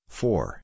four